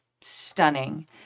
stunning